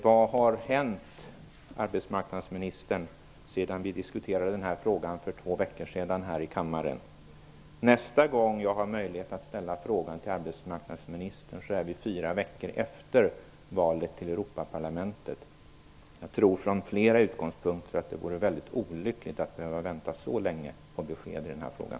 Vad har alltså hänt, arbetsmarknadsministern, sedan vi för två veckor sedan diskuterade denna fråga här i kammaren? Nästa gång jag har möjlighet att ställa frågan till arbetsmarknadsministern har det gått fyra veckor efter valet till Europaparlamentet. Från flera utgångspunkter tror jag att det vore väldigt olyckligt att behöva vänta så länge på besked i den här frågan.